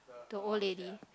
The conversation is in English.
the old lady